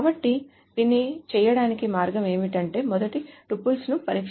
కాబట్టి దీన్ని చేయటానికి మార్గం ఏమిటంటే మొదటి టుపుల్ని పరీక్షించుకుందాం